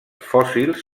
fòssils